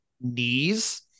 knees